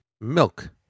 Milk